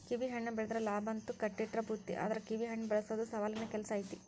ಕಿವಿಹಣ್ಣ ಬೆಳದ್ರ ಲಾಭಂತ್ರು ಕಟ್ಟಿಟ್ಟ ಬುತ್ತಿ ಆದ್ರ ಕಿವಿಹಣ್ಣ ಬೆಳಸೊದು ಸವಾಲಿನ ಕೆಲ್ಸ ಐತಿ